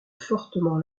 fortement